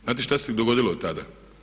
Znate što se dogodilo tada?